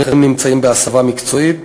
והאחרים נמצאים בהסבה מקצועית,